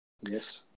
yes